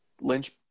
lynch